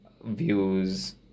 views